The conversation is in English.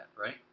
right